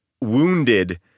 Wounded